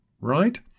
right